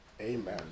amen